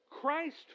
Christ